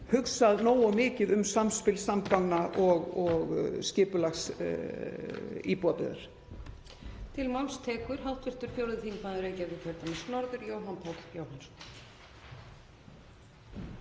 hugsað nógu mikið um samspil samgangna og skipulags íbúðarbyggðar.